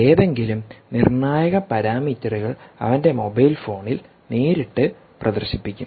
ഏതെങ്കിലും നിർണായക പാരാമീറ്ററുകൾ അവന്റെ മൊബൈൽ ഫോണിൽ നേരിട്ട് പ്രദർശിപ്പിക്കും